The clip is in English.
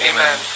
Amen